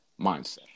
mindset